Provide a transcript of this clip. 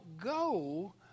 go